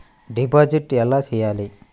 Deposit ఎలా చెయ్యాలి?